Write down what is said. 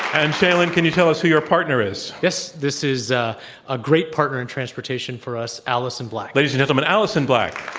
and, shailen, can you tell us who your partner is? yes. this is a ah great partner in transportation for us, alison black. ladies and gentlemen, alison black.